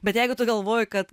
bet jeigu tu galvoji kad